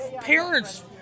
parents